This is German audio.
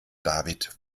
david